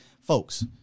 folks